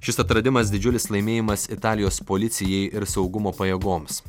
šis atradimas didžiulis laimėjimas italijos policijai ir saugumo pajėgoms